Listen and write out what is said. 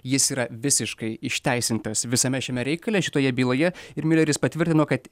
jis yra visiškai išteisintas visame šiame reikale šitoje byloje ir miuleris patvirtino kad